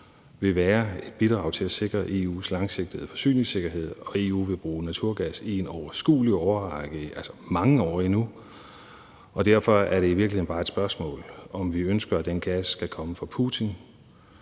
vil være et bidrag til at sikre EU's langsigtede forsyningssikkerhed. EU vil bruge naturgas i en overskuelig årrække, altså mange år endnu, og derfor er det i virkeligheden bare et spørgsmål om, om vi ønsker, at den gas skal komme fra Putin